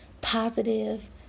positive